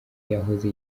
yahoze